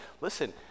listen